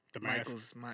Michael's